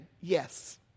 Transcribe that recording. yes